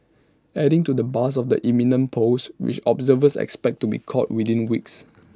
adding to the buzz of the imminent polls which observers expect to be called within weeks